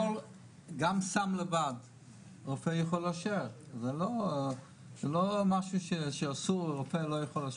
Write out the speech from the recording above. גם סם לבד רופא יכול לאשר זה לא משהו שאסור שרופא לא יכול לאשר.